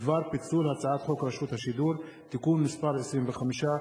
בדבר פיצול הצעת חוק רשות השידור (תיקון מס' 25),